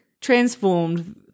transformed